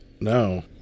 no